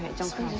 don't cry.